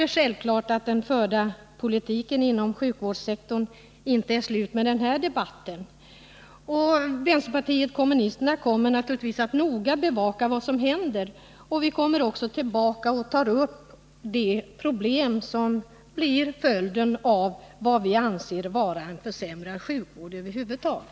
Det är självklart att diskussionen om den politik som förs inom sjukvårdssektorn inte är slut med den här debatten. Vänsterpartiet kommunisterna kommer naturligtvis att noga bevaka vad som händer, och vi ämnar återkomma till de problem som blir följden av vad vi anser vara en försämrad sjukvård över huvud taget.